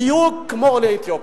בדיוק כמו עולי אתיופיה.